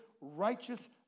righteous